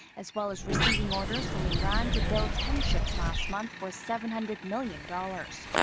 as well as receiving orders from iran to build ten ships last month worth seven hundred million dollars.